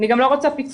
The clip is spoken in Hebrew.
אני גם לא רוצה פיצוי.